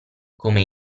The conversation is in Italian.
come